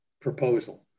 proposal